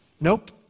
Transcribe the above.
Nope